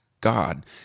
God